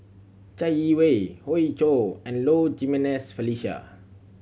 Chai Yee Wei Hoey Choo and Low Jimenez Felicia